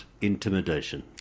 Intimidation